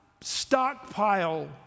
stockpile